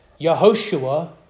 Yehoshua